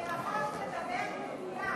לפחות תדבר במדויק.